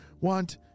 want